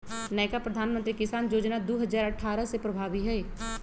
नयका प्रधानमंत्री किसान जोजना दू हजार अट्ठारह से प्रभाबी हइ